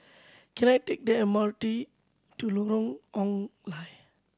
can I take the M R T to Lorong Ong Lye